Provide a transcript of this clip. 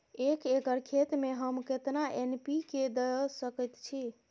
एक एकर खेत में हम केतना एन.पी.के द सकेत छी?